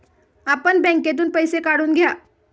आपण बँकेतून पैसे काढून घ्या